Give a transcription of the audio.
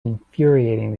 infuriating